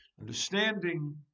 understanding